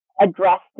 addressed